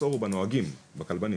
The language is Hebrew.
המחסור הוא בנוהגים, כלומר בכלבנים.